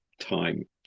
time